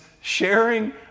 sharing